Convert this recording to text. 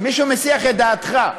מישהו מסיח את דעתך,